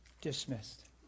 dismissed